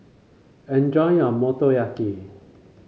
enjoy your Motoyaki